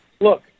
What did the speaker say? Look